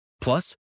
Plus